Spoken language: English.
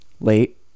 late